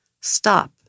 stop